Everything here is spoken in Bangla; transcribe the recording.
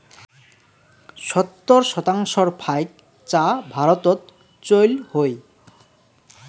সত্তর শতাংশর ফাইক চা ভারতত চইল হই